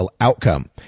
outcome